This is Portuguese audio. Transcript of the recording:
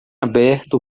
aberto